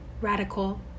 radical